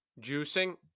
juicing